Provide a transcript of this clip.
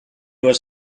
was